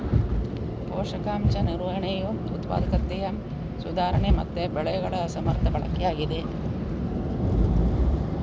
ಪೋಷಕಾಂಶ ನಿರ್ವಹಣೆಯು ಉತ್ಪಾದಕತೆಯ ಸುಧಾರಣೆ ಮತ್ತೆ ಬೆಳೆಗಳ ಸಮರ್ಥ ಬಳಕೆಯಾಗಿದೆ